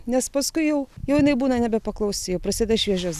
nes paskui jau jau jinai nebūna nebepaklausi jau prasideda šviežios